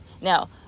Now